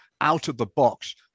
out-of-the-box